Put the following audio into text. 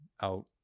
out